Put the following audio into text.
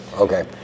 Okay